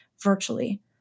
virtually